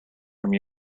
from